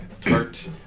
Tart